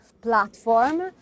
platform